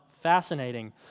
fascinating